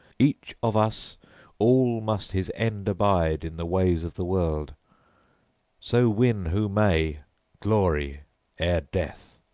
each of us all must his end abide in the ways of the world so win who may glory ere death!